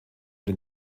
den